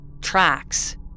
tracks